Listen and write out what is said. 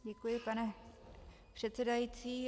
Děkuji, pane předsedající.